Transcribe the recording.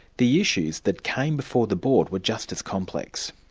the issues that came before the board were just as complex.